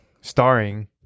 starring